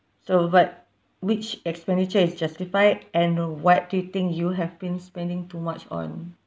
so but which expenditure is justified and what do you think you have been spending too much on